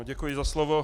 Děkuji za slovo.